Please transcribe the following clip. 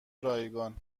رایگان